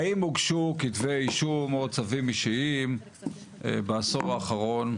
האם הוגשו כתבי אישום או צווים אישיים בעשור האחרון?